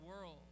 world